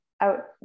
out